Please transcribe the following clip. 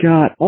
God